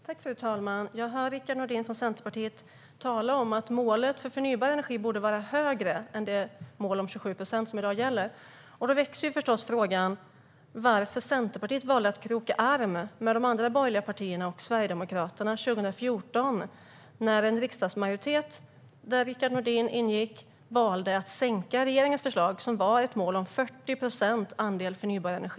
Fru talman! Jag hör Rickard Nordin från Centerpartiet tala om att målet för förnybar energi borde vara högre än det mål om 27 procent som gäller i dag. Då väcks frågan varför Centerpartiet valde att kroka arm med de andra borgerliga partierna och Sverigedemokraterna 2014. En riksdagsmajoritet där Rickard Nordin ingick valde att sänka regeringens förslag om ett mål om 40 procent förnybar energi.